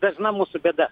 dažna mūsų bėda